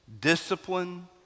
discipline